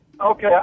Okay